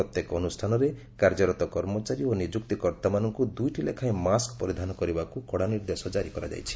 ପ୍ରତ୍ୟେକ ଅନୁଷ୍ଠାନରେ କାର୍ଯ୍ୟରତ କର୍ମଚାରୀ ଓ ନିଯୁକ୍ତିକର୍ତ୍ତାମାନଙ୍କୁ ଦୁଇଟି ଲେଖାଏଁ ମାସ୍କ ପରିଧାନ କରିବାକୁ କଡ଼ା ନିର୍ଦ୍ଦେଶ ଜାରି କରାଯାଇଛି